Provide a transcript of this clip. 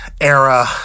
era